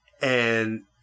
And-